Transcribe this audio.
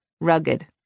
rugged